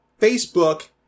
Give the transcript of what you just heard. facebook